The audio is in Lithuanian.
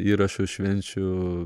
įrašus švenčių